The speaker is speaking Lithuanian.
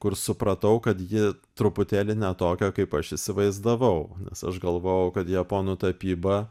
kur supratau kad ji truputėlį ne tokia kaip aš įsivaizdavau nes aš galvojau kad japonų tapyba